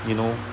you know